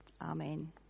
Amen